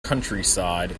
countryside